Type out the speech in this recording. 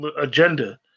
agenda